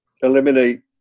eliminate